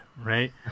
right